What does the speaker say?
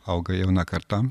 auga jauna karta